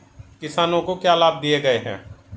किसानों को क्या लाभ दिए गए हैं?